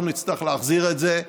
אנחנו נצטרך להחזיר את זה,